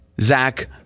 Zach